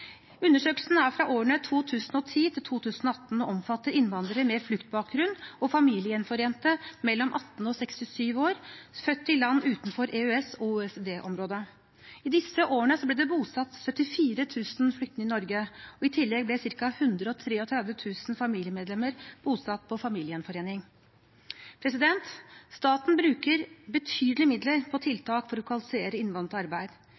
Undersøkelsen er fra årene 2010–2018 og omfatter innvandrere med fluktbakgrunn og familiegjenforente mellom 18 og 67 år født i land utenfor EØS- og OECD-området. I disse årene ble det bosatt 74 000 flyktninger i Norge, og i tillegg ble ca. 133 000 familiemedlemmer bosatt på familiegjenforening. Staten bruker betydelige midler på